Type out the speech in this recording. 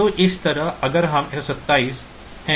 तो इसी तरह अगर यह 127 है और यह 115 है